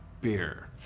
beer